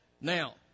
Now